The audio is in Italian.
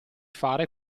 fare